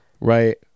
Right